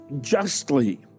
justly